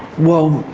well,